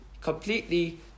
completely